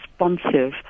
responsive